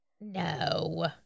no